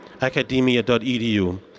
Academia.edu